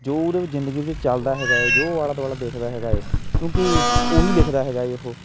ਜੋ ਉਹਦੇ ਜ਼ਿੰਦਗੀ ਵਿੱਚ ਚੱਲਦਾ ਹੈਗਾ ਹੈ ਜੋ ਆਲਾ ਦੁਆਲਾ ਦੇਖਦਾ ਹੈਗਾ ਹੈ ਕਿਉਂਕਿ ਉਹੀ ਲਿਖਦਾ ਹੈਗਾ ਹੈ ਉਹ